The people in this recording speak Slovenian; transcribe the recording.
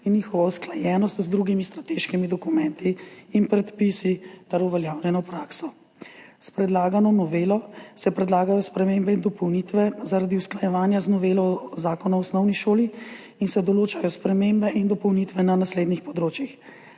in njihova usklajenost z drugimi strateškimi dokumenti in predpisi ter uveljavljeno prakso. S predlagano novelo se predlagajo spremembe in dopolnitve zaradi usklajevanja z novelo Zakona o osnovni šoli in se določajo spremembe in dopolnitve na naslednjih področjih.